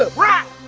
ah right?